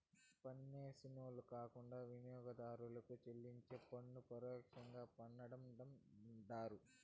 పన్నేసినోళ్లు కాకుండా వినియోగదారుడు చెల్లించే పన్ను పరోక్ష పన్నంటండారు